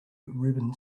ribbon